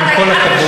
אל תגיד לי את זה.